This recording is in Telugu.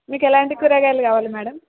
మీకు ఎలాంటి కూరగాయలు కావాలి మేడం